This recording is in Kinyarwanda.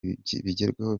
bigerweho